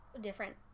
different